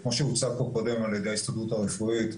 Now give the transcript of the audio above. כמו שהוצג פה קודם על ידי ההסתדרות הרפואית,